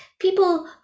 People